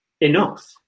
enough